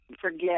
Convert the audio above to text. forget